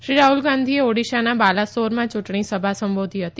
શ્રી રાહ્લ ગાંધીએ ઓડીશાના બાલાસોરમાં યુંટણી સભા સંબોધી હતી